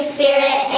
Spirit